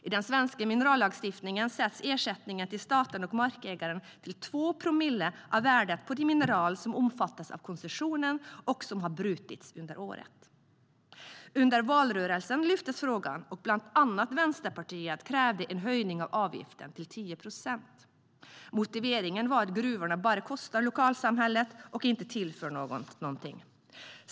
I den svenska minerallagstiftningen sätts ersättningen till staten och markägaren till 2 promille av värdet på de mineraler som omfattas av koncessionen och som har brutits under året. Under valrörelsen lyftes frågan fram, och bland annat Vänsterpartiet krävde en höjning av avgiften till 10 procent. Motiveringen var att gruvorna bara kostar lokalsamhället och inte tillför någonting.